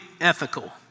ethical